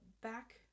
back